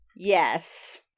Yes